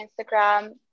Instagram